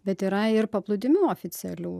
bet yra ir paplūdimių oficialių